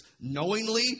knowingly